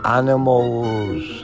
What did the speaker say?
animals